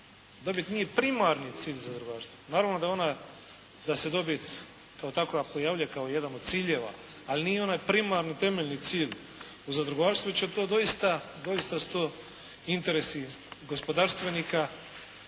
Dobit nije primarni cilj zadrugarstva. Naravno da ona, da se dobit kao takva pojavljuje kao jedan od ciljeva, ali nije onaj primarni temeljni cilj zadrugarstva, već je to doista, doista su to interesi gospodarstvenika